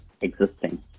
existing